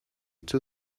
two